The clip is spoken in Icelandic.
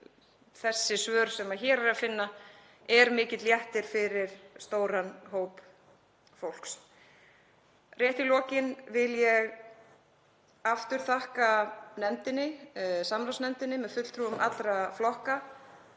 þessi svör sem hér er að finna eru mikill léttir fyrir stóran hóp fólks. Rétt í lokin vil ég aftur þakka samráðsnefndinni með fulltrúum allra flokka.